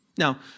Now